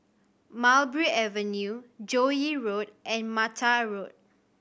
Mulberry Avenue Joo Yee Road and Mattar Road